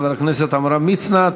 חבר הכנסת עמרם מצנע.